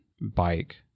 bike